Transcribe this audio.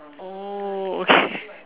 oh okay